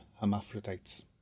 hermaphrodites